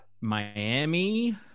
Miami